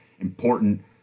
important